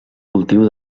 cultiu